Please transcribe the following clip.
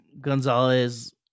Gonzalez